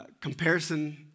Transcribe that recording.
Comparison